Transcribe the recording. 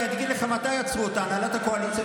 אני אגיד לך מתי עצרה אותה הנהלת הקואליציה,